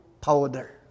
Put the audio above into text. powder